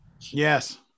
Yes